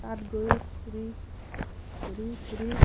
তাত গৈ ফুৰি ঘূৰি ফুৰি